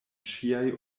ŝiaj